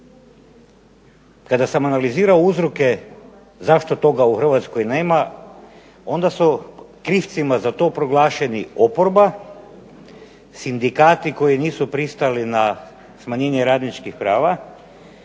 kada sam analizirao uzroke zašto toga u Hrvatskoj nema, onda su krivcima za to proglašeni oporba, sindikati koji nisu pristali na smanjenje radničkih prava,